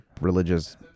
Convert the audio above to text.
religious